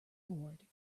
board